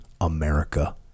America